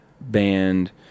band